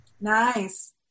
Nice